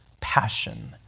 passion